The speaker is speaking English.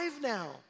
now